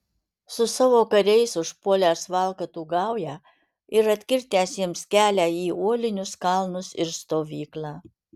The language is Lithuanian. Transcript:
su savo kariais užpuolęs valkatų gaują ir atkirtęs jiems kelią į uolinius kalnus ir stovyklą